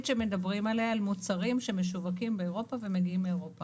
שמדברים עליה היא על מוצרים שמשווקים באירופה ומגיעים מאירופה.